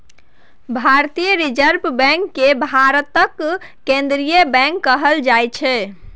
भारतीय reserve bank केँ भारतक केंद्रीय बैंक कहल जाइ छै